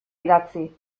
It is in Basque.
idatzi